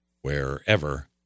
wherever